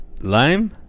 Lime